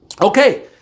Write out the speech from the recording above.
Okay